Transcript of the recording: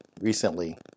recently